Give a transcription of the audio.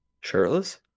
Shirtless